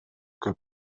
көп